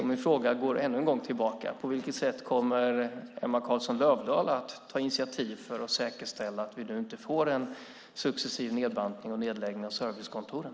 Min fråga går ännu en gång tillbaka: På vilket sätt kommer Emma Carlsson Löfdahl att ta initiativ för att säkerställa att vi inte får en successiv nedbantning och nedläggning av servicekontoren?